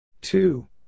Two